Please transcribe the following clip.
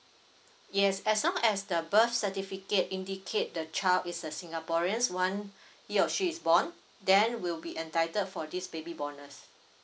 yes as long as the birth certificate indicate the child is a singaporeans once he or she is born then will be entitled for this baby bonus